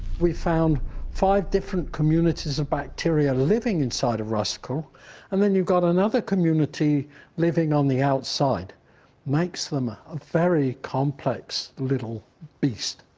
we found five different communities of bacteria living inside of rascal and then you've got another community living on the outside makes them a very complex little beast